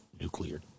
nuclear